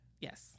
Yes